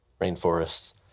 rainforests